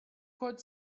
could